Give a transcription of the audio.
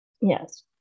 Yes